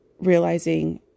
Realizing